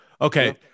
Okay